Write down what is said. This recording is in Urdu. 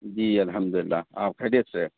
جی الحمد للہ آپ خریت سے